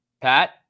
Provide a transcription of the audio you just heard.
Pat